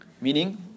Meaning